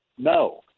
No